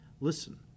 listen